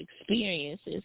experiences